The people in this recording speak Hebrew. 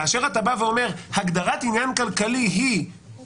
כאשר אתה בא ואומר: הגדרת עניין כלכלי זה תיק